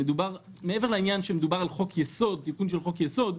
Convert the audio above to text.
שמעבר לעניין שמדובר על תיקון של חוק-יסוד,